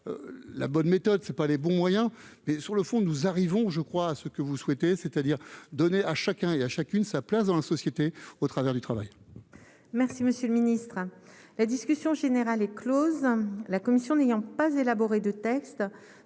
la bonne méthode, c'est pas les bons moyens, mais sur le fond, nous arrivons, je crois à ce que vous souhaitez, c'est-à-dire donner à chacun et à chacune sa place dans la société au travers du travail. Merci monsieur le ministre, la discussion générale est Close, la commission n'ayant pas élaboré de texte,